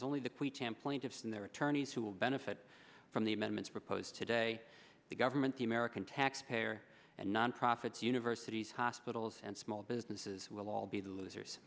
is only the plea time plaintiffs and their attorneys who will benefit from the amendments proposed today the government the american taxpayer and nonprofits universities hospitals and small businesses will all be the losers